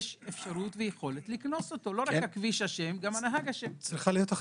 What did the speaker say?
לא רק הכביש אשם גם הנהג אשם.